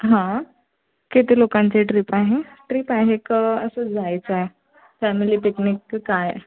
हां किती लोकांची ट्रीप आहे ट्रीप आहे का असंच जायचं आहे फॅमिली पिकनिक क काय आहे